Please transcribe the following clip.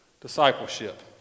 Discipleship